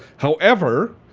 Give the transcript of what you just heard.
however,